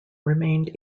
remained